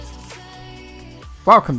Welcome